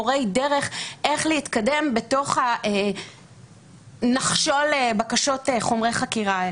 מורי דרך איך להתקדם בנחשול הבקשות של חומרי החקירה.